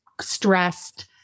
stressed